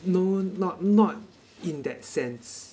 no not not in that sense